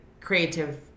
creative